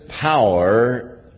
power